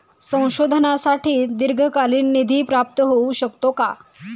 संशोधनासाठी दीर्घकालीन निधी प्राप्त होऊ शकतो का?